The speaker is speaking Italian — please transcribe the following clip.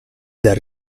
dar